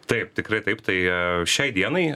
taip tikrai taip tai šiai dienai